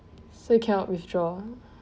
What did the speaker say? so cannot withdraw